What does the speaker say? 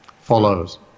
follows